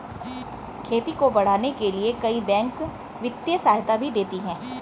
खेती को बढ़ाने के लिए कई बैंक वित्तीय सहायता भी देती है